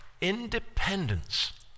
independence